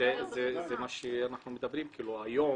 למה היום